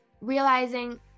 realizing